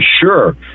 sure